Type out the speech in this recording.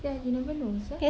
ya you'll never know sia